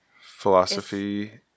philosophy